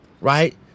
right